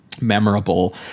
memorable